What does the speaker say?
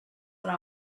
when